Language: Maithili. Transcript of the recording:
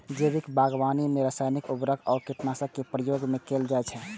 जैविक बागवानी मे रासायनिक उर्वरक आ कीटनाशक के प्रयोग नै कैल जाइ छै